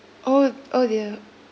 oh oh dear